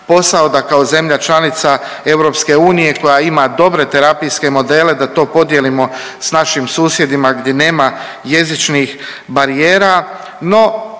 posao da kao zemlja članica EU koja ima dobre terapijske modele da to podijelimo s našim susjedima gdje nema jezičnih barijera.